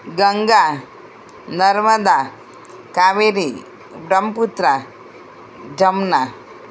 Ganga Narmada Kaveri Brahmaputra Jamna